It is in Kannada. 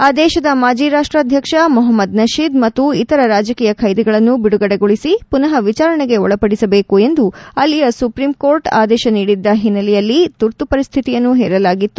ಆ ದೇಶದ ಮಾಜಿ ರಾಷ್ಟ್ರಾಧ್ವಕ್ಷ ಮೊಹಮ್ಮದ್ ನಶೀದ್ ಮತ್ತು ಇತರ ರಾಜಕೀಯ ಬ್ಲೆದಿಗಳನ್ನು ಬಿಡುಗಡೆಗೊಳಿಸಿ ಪುನಃ ವಿಚಾರಣೆಗೆ ಒಳಪಡಿಸಬೇಕು ಎಂದು ಅಲ್ಲಿಯ ಸುಪ್ರೀಂಕೋರ್ಟ್ ಆದೇಶ ನೀಡಿದ್ದ ಹಿನ್ನೆಲೆಯಲ್ಲಿ ತುರ್ತು ಪರಿಸ್ಥಿತಿಯನ್ನು ಹೇರಲಾಗಿತ್ತು